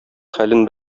хәлен